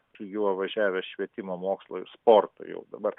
su juo važiavę švietimo mokslo ir sporto jau dabar